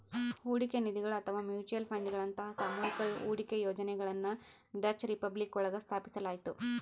ಹೂಡಿಕೆ ನಿಧಿಗಳು ಅಥವಾ ಮ್ಯೂಚುಯಲ್ ಫಂಡ್ಗಳಂತಹ ಸಾಮೂಹಿಕ ಹೂಡಿಕೆ ಯೋಜನೆಗಳನ್ನ ಡಚ್ ರಿಪಬ್ಲಿಕ್ ಒಳಗ ಸ್ಥಾಪಿಸಲಾಯ್ತು